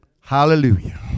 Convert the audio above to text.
Hallelujah